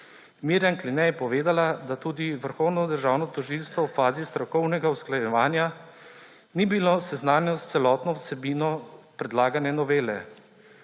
Mirjam Kline je povedala, da tudi Vrhovno državno tožilstvo v fazi strokovnega usklajevanja ni bilo seznanjeno s celotno vsebino predlagane novele.